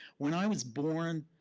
when i was born,